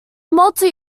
multi